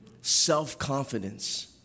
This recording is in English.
self-confidence